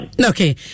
Okay